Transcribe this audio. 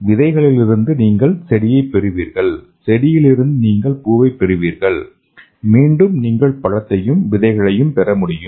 விதைகளிலிருந்து நீங்கள் செடியைப் பெறுவீர்கள் செடியிலிருந்து நீங்கள் பூவைப் பெறுவீர்கள் மீண்டும் நீங்கள் பழத்தையும் விதைகளையும் பெறமுடியும்